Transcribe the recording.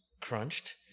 crunched